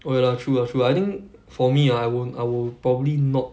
oh ya lah true lah true I think for me ah I won~ I will probably not